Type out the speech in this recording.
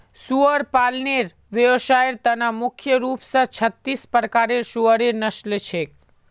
सुअर पालनेर व्यवसायर त न मुख्य रूप स छत्तीस प्रकारेर सुअरेर नस्ल छेक